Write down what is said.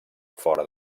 fora